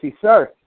sir